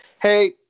hey